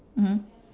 mmhmm